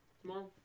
tomorrow